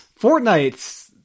Fortnite